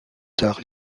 tard